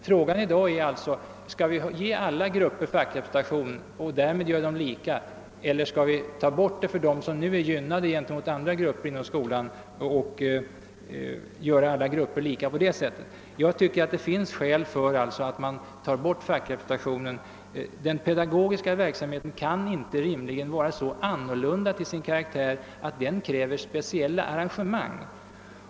Frågan i dag är alltså: Skall vi ge alla grupper fackrepresentation och därmed göra dem lika eller skall vi ta bort fackrepresentationen för dem som nu är gynnade i förhållande till andra grupper inom skolan och göra alla grupper lika på det sättet? Jag tycker att det finns skäl för att man slopar fackrepresentationen. Den pedagogiska verksamheten kan inte rimligen vara så annorlunda till sin karaktär att den kräver speciella arrangemang.